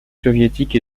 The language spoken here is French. soviétiques